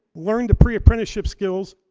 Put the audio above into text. learn the pre-apprenticeship skills,